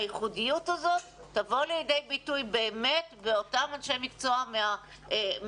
והייחודיות הזאת תבוא לידי ביטוי באמת באותם אנשי מקצוע מהמגזר,